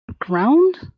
ground